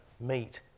meet